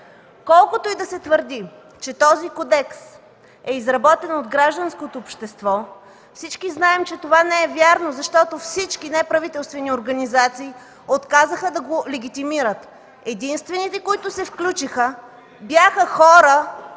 Колкото и да се твърди, че този кодекс е изработен от гражданското общество, всички знаем, че това не е вярно, защото всички неправителствени организации отказаха да го легитимират. Единствените, които се включиха, бяха хора,